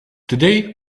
today